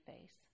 face